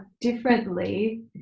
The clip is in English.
differently